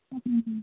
മ് മ് മ്